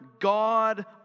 God